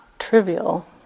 trivial